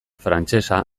frantsesa